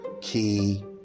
Key